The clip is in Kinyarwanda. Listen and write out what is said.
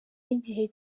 y’igihe